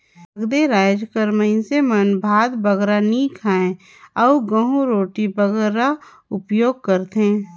नगदे राएज कर मइनसे मन भात बगरा नी खाएं अउ गहूँ रोटी कर बगरा उपियोग करथे